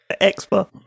Expert